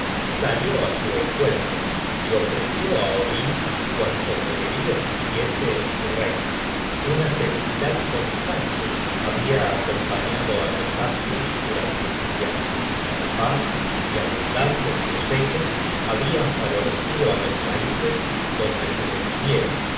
salió á su encuentro y ofreció á odin cuanto poderío quisiese en su reino una felicidad constante habia acompañado á los asios durante su viaje la paz y abundantes cosechas habian favorecido á los paises donde se detuvieran